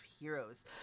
Heroes